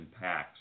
packs